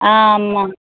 ஆ ஆமாம்